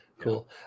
Cool